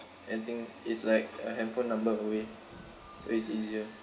anything it's like a handphone number away so it's easier